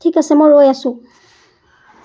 ঠিক আছে মই ৰৈ আছোঁ